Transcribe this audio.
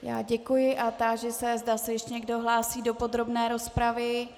Já děkuji a táži se, zda se ještě někdo hlásí do podrobné rozpravy.